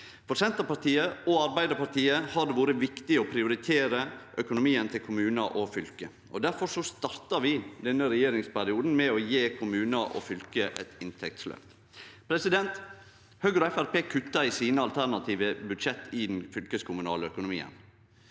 For Senterpartiet og Arbeidarpartiet har det vore viktig å prioritere økonomien til kommunar og fylke. Difor starta vi denne regjeringsperioden med å gje kommunar og fylke eit inntektsløft. Høgre og Framstegspartiet kutta i sine alternative budsjett i den fylkeskommunale økonomien.